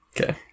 Okay